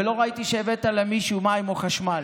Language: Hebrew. ולא ראיתי שהבאת למישהו מים או חשמל,